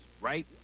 right